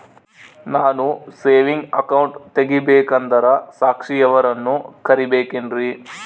ನಾನು saving account ತೆಗಿಬೇಕಂದರ ಸಾಕ್ಷಿಯವರನ್ನು ಕರಿಬೇಕಿನ್ರಿ?